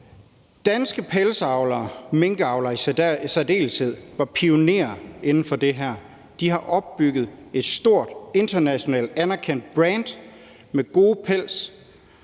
Danske pelsavlere, minkavlere i særdeleshed, var pionerer inden for det her. De har opbygget et stort internationalt anerkendt brand med god pels,